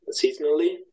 seasonally